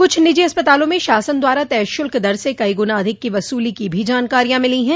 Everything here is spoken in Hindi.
कुछ निजी अस्पतालों में शासन द्वारा तय शुल्क दर से कई गुना अधिक की वसूली की भी जानकारियां मिली है